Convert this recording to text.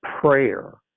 prayer